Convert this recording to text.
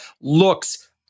looks